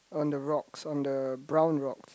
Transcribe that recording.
on the rocks on the brown rocks